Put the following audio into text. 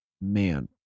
man